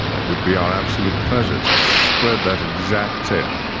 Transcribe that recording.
it would be our absolute pleasure to spread that exact tale.